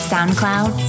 SoundCloud